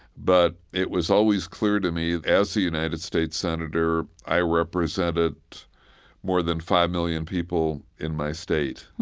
but it was always clear to me, as a united states senator i represented more than five million people in my state.